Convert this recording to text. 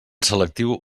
selectiu